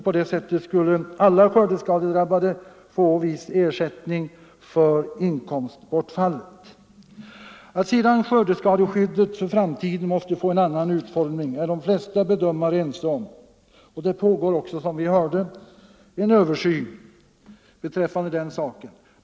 På det sättet skulle alla skördeskadedrabbade få en viss ersättning för inkomstbortfallet. Sedan är också de flesta bedömare ense om att skördeskadeskyddet måste få en annan utformning för framtiden. Som vi hörde av jordbruksministern pågår ju nu också en översyn av skördeskadeskyddet.